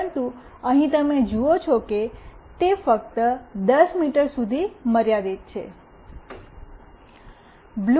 પરંતુ અહીં તમે જુઓ છો કે તે ફક્ત 10 મીટર સુધી મર્યાદિત છે